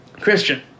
Christian